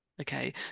okay